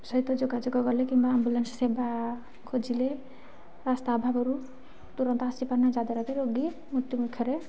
ସହିତ ଯୋଗାଯୋଗ କଲେ କିମ୍ବା ଆମ୍ବୁଲାନ୍ସ ସେବା ଖୋଜିଲେ ରାସ୍ତା ଅଭାବରୁ ତୁରନ୍ତ ଆସି ପାରୁନାହିଁ ଯାହାଦ୍ୱାରାକି ରୋଗୀ ମୃତ୍ୟୁ ମୁଖରେ